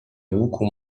łuku